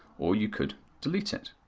or you could delete it.